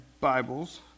Bibles